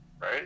Right